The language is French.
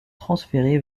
transféré